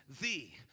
thee